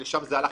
ולשם זה הלך,